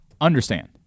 Understand